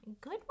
Good